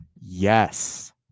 Yes